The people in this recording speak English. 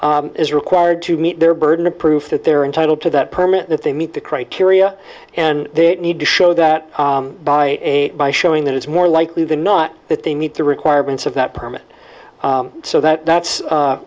is required to meet their burden of proof that they're entitled to that permit if they meet the criteria and they need to show that by a by showing that it's more likely than not that they need the requirements of that permit so that that's